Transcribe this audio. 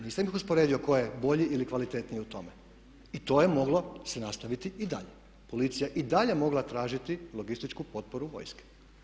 Nisam ih usporedio tko je bolji ili kvalitetniji u tome i to je moglo se nastaviti i dalje, policija je i dalje mogla tražiti logističku potporu vojske.